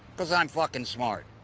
cos i'm fucking smart.